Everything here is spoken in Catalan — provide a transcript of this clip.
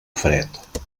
fred